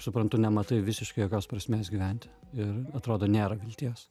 suprantu nematai visiškai jokios prasmės gyventi ir atrodo nėra vilties